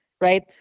right